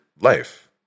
life